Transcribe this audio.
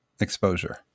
exposure